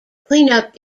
cleanup